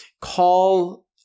Call